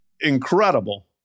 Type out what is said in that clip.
Incredible